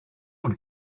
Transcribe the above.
one